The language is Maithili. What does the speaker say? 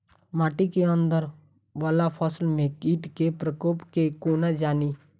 माटि केँ अंदर वला फसल मे कीट केँ प्रकोप केँ कोना जानि?